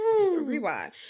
Rewind